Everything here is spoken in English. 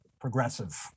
progressive